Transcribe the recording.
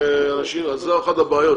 זו אחת הבעיות,